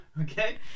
Okay